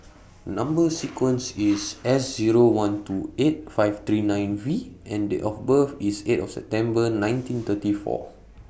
Number sequence IS S Zero one two eight five three nine V and Date of birth IS eight of September nineteen thirty four